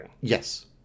Yes